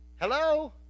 hello